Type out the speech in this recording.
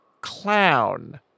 clown